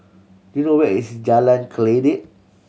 do you know where is Jalan Kledek